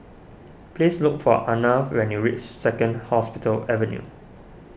please look for Arnav when you reach Second Hospital Avenue